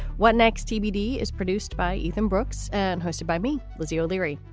what next? tbd is produced by ethan brooks and hosted by me. lizzie o'leary.